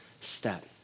step